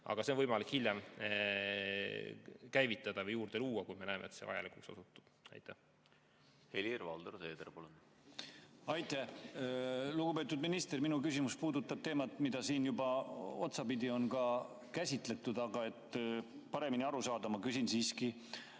Aga see on võimalik hiljem käivitada või juurde luua, kui me näeme, et see vajalikuks osutub. Helir-Valdor Seeder, palun! Helir-Valdor Seeder, palun! Aitäh! Lugupeetud minister! Minu küsimus puudutab teemat, mida siin juba otsapidi on käsitletud, aga et paremini aru saada, ma küsin siiski